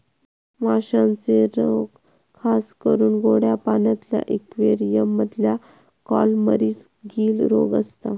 माश्यांचे रोग खासकरून गोड्या पाण्यातल्या इक्वेरियम मधल्या कॉलमरीस, गील रोग असता